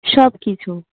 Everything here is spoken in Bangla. সব কিছু